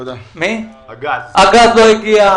הגז לא הגיע.